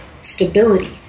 stability